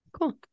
Cool